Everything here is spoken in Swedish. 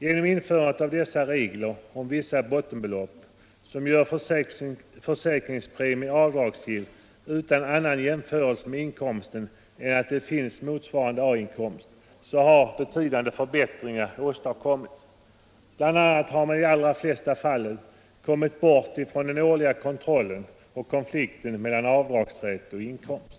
Genom införandet av dessa regler om vissa bottenbelopp som gör försäkringspremien avdragsgill utan annan jämförelse med inkomsten än att det finns motsvarande A-inkomst, har betydande förbättringar åstadkommits. BI. a. har man i de allra flesta fall kommit bort från den årliga kontrollen och konflikten mellan avdragsrätt och inkomst.